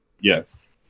Yes